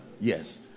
Yes